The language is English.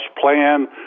plan